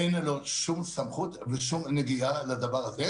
אין לו שום סמכות ושום נגיעה לדבר הזה,